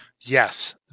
Yes